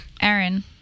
Aaron